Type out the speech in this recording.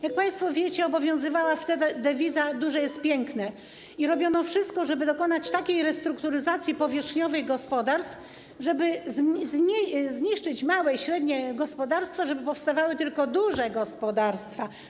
Jak państwo wiecie, obowiązywała wtedy dewiza: duże jest piękne, i robiono wszystko, żeby dokonać takiej restrukturyzacji powierzchniowej gospodarstw, żeby zniszczyć małe i średnie gospodarstwa, żeby powstawały tylko duże gospodarstwa.